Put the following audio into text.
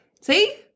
See